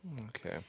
Okay